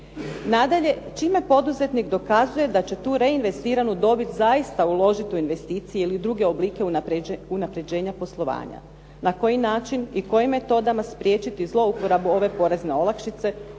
Nadalje, čime poduzetnik dokazuje da će tu reinvestiranu dobit zaista uložiti u investicije ili druge oblike unapređenja poslovanja, na koji način i kojim metodama spriječiti zlouporabu ove porezne olakšice,